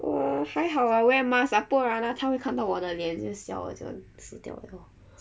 !wah! 还好 ah wear masks ah 不然啊他会看到我的脸一直在笑啊笑笑到死掉 liao